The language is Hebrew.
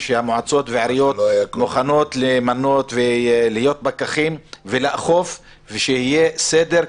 ושהמועצות והעיריות מוכנות למנות פקחים ולאכוף ושיהיה סדר,